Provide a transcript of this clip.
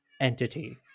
entity